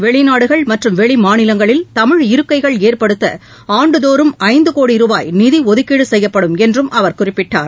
வெளிநாடுகள் மற்றும் வெளிமாநிலங்களில் தமிழ் இருக்கைகள் ஏற்படுத்த ஆண்டுதோறும் ஐந்து கோடி ரூபாய் நிதிஒதுக்கீடு செய்யப்படும் என்றும் அவர் குறிப்பிட்டார்